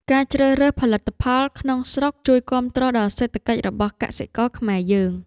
ការជ្រើសរើសផលិតផលក្នុងស្រុកជួយគាំទ្រដល់សេដ្ឋកិច្ចរបស់កសិករខ្មែរយើង។